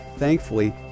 Thankfully